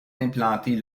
implantée